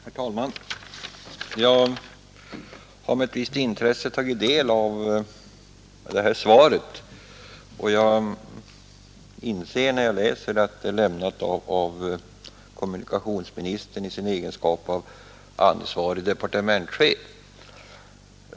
Herr talman! Jag har med ett visst intresse tagit del av det korta svaret, och när jag läser det inser jag till fullo att det är lämnat av kommunikationsministern i hans egenskap av ansvarig departementschef.